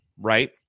right